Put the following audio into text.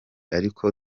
ariko